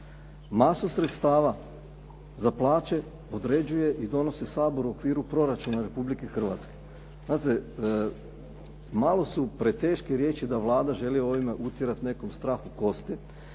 sredstava za plaće određuje i donosi Sabor u okviru proračuna Republike Hrvatske. Znate, malo su preteške riječi da Vlada želi ovime utjerat nekome strah u kosti